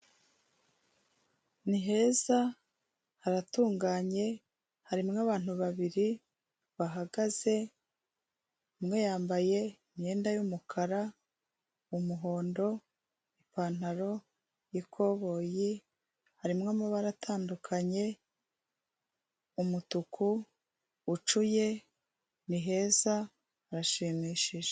Ni heza haratunganye harimo abantu babiri bahagaze; umwe yambaye imyenda y'umukara m'umuhondo, ipantaro y'ikoboyi harimo amabara atandukanye umutuku ucuye ni heza urashimishije.